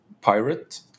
pirate